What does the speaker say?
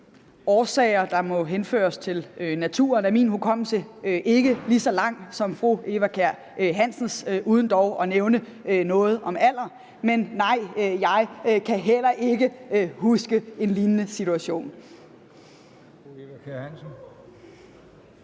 årsager, der må henføres til naturen, er min hukommelse ikke lige så lang som fru Eva Kjer Hansens, uden dog at nævne noget om alder. Men nej, jeg kan heller ikke huske en lignende situation.